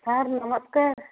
sir ନମସ୍କାର୍